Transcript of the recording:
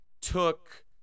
took